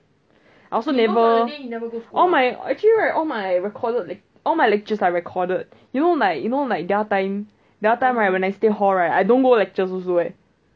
I also never all my actually right all my recorded leh all my lectures are recorded you know like you know like the other time the other time right when I stay hall right I don't go lectures also leh